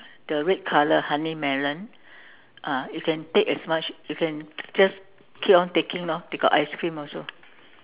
the red colour honey melon ah you can take as much you can just keep on taking lor they got ice cream also